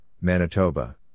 Manitoba